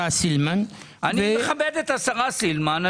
אני מכבד את השרה סילמן.